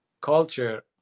culture